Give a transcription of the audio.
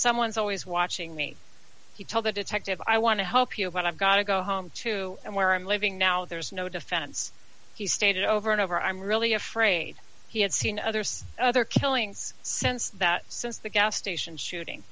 someone's always watching me he told the detective i want to hope you know what i've got to go home to and where i'm living now there is no defense he stated over and over i'm really afraid he had seen others other killings since that since the gas station shooting